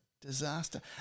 disaster